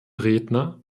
redner